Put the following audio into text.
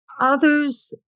Others